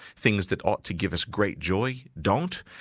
things that ought to give us great joy, don't.